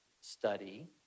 study